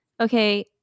okay